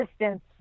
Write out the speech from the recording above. distance